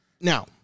Now